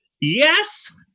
yes